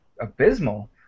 abysmal